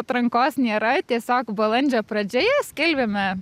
atrankos nėra tiesiog balandžio pradžioje skelbėme